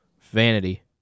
Vanity